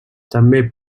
també